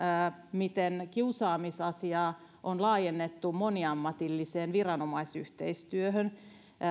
miten kiusaamisasiaa on laajennettu moniammatilliseen viranomaisyhteistyöhön